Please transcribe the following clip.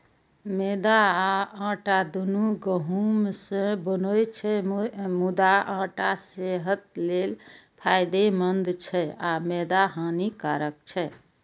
मैदा आ आटा, दुनू गहूम सं बनै छै, मुदा आटा सेहत लेल फायदेमंद छै आ मैदा हानिकारक